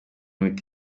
miti